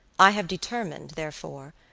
i have determined, therefore,